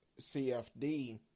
CFD